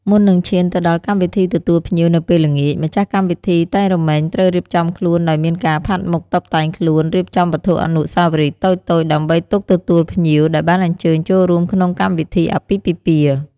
មុននឹងឈានទៅដល់កម្មវិធីទទួលភ្ញៀវនៅពេលល្ងាច ម្ចាស់កម្មវិធីតែងរមែងត្រូវរៀបចំខ្លួនដោយមានការផាត់មុខតុបតែងខ្លួន រៀបចំវត្ថុអនុស្សវរីយ៍តូចៗ ដើម្បីទុកទទួលភ្ញៀវដែលបានអញ្ញើញចូលរួមក្នុងកម្មវិធីអាពាហ៍ពិពាហ៍។